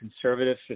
conservative